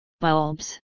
Bulbs